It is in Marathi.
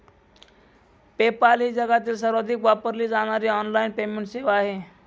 पेपाल ही जगातील सर्वाधिक वापरली जाणारी ऑनलाइन पेमेंट सेवा आहे